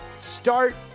start